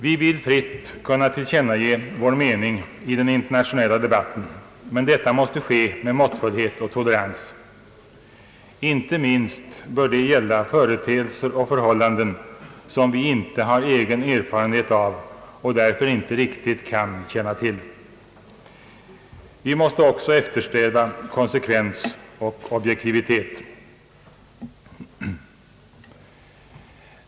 Vi vill fritt kunna tillkännage vår mening i den internationella debatten, men detta måste ske med måttfullhet och tolerans. Inte minst bör det gälla företeelser och förhållanden som vi inte har egen erfarenhet av och därför inte riktigt kan känna till. Vi måste också eftersträva konsekvens och objektivitet.